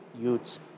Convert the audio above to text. youths